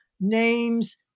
names